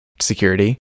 security